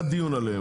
היה דיון עליהן.